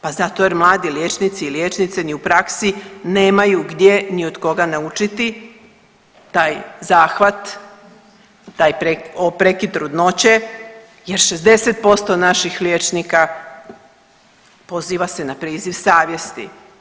Pa zato jer mladi liječnici i liječnice ni u praksi nemaju gdje ni od koga naučiti taj zahvat, taj prekid trudnoće jer 60% naših liječnika poziva se na priziv savjesti.